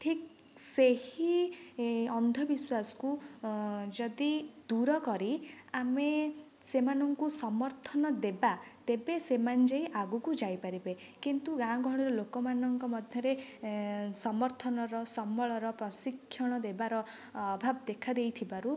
ଠିକ୍ ସେହି ଅନ୍ଧ ବିଶ୍ୱାସକୁ ଯଦି ଦୂର କରି ଆମେ ସେମାନଙ୍କୁ ସମର୍ଥନ ଦେବା ତେବେ ସେମାନେ ଯାଇ ଆଗକୁ ଯାଇପାରିବେ କିନ୍ତୁ ଗାଁ ଗହଳିର ଲୋକମାନଙ୍କ ମଧ୍ୟରେ ସମର୍ଥନର ସମ୍ବଳର ପ୍ରଶିକ୍ଷଣ ଦେବାର ଅଭାବ ଦେଖା ଦେଇଥିବାରୁ